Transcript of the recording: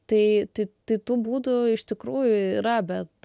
tai tai tai tų būdų iš tikrųjų yra bet